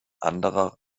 anderer